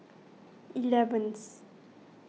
eleventh